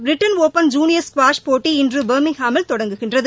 Britain open junior squash போட்டி இன்று பெர்மிங்காமில் தொடங்குகின்றது